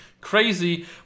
crazy